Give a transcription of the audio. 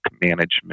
management